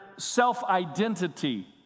self-identity